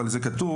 אבל זה כתוב,